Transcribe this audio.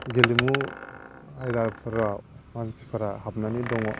गेलेमु आयदाफोराव मानसिफोरा हाबनानै दङ